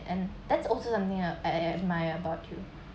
and that's also something I I admire about you